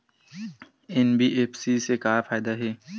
NBFC से का फ़ायदा हे?